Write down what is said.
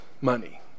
money